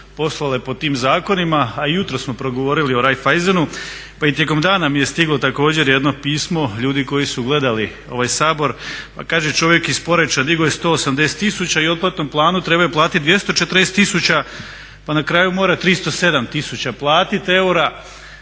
poslovale po tim zakonima, a jutros smo progovorili o Raiffeisenu pa i tijekom dana mi je stiglo također jedno pismo ljudi koji su gledali ovaj Sabor pa kaže čovjek iz Poreča digao je 180 tisuća i u otplatnom planu trebaju platiti 240 tisuća pa na kraju mora 307 tisuća platiti eura.